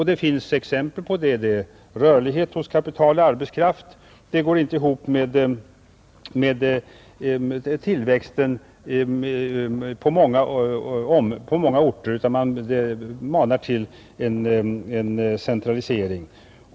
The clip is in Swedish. Det finns exempel härpå, t.ex. beträffande rörligheten hos kapital och arbetskraft, som på många orter inte står i överensstämmelse med tillväxten. Där manar man i stället till centralisering.